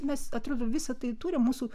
mes atrodo visa tai turim mūsų